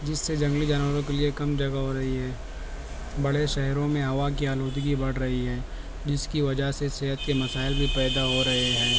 جس سے جنگلی جانوروں کے لیے کم جگہ ہو رہی ہے بڑے شہروں میں ہوا کی آلودگی بڑھ رہی ہے جس کی وجہ سے صحت کے مسائل بھی پیدا ہو رہے ہیں